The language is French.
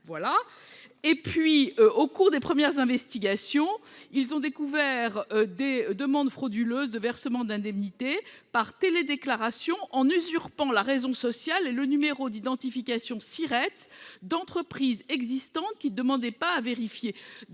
... Au cours des premières investigations, la justice a découvert des « demandes frauduleuses de versement d'indemnités » par télédéclaration, « en usurpant la raison sociale et le numéro d'identification Siret d'entreprises existantes qui ne demandaient pas à bénéficier